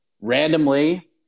Randomly